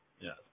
Yes